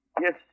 Yes